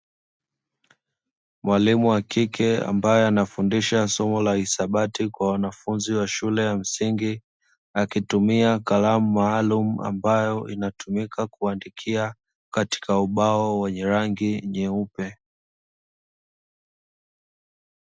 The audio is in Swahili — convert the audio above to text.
Mwalimu wa kike ambaye anafundisha somo la hisabati kwa wanafunzi wa shule ya msingi, akitumia kalamu maalum ambayo inatumika kuandikia katika ubao wenye rangi nyeupe.